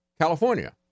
California